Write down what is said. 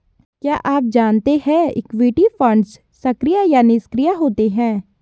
क्या आप जानते है इक्विटी फंड्स सक्रिय या निष्क्रिय होते हैं?